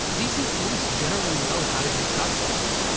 dc police generally know how to do crowd control.